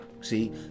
See